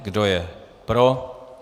Kdo je pro?